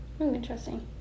Interesting